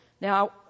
Now